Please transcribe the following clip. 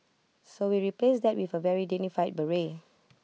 so we replaced that with A very dignified beret